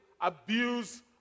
abuse